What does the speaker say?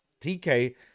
TK